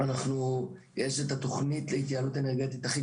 יש את התוכנית להתייעלות אנרגטית הכי